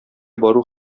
бару